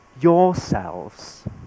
yourselves